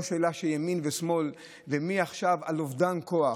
לא שאלה של ימין ושמאל ומעכשיו על אובדן כוח.